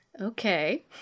Okay